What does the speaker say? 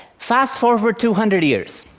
fast forward two hundred years.